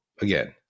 again